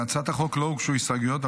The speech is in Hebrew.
להצעת החוק לא הוגשו הסתייגויות,